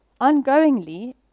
ongoingly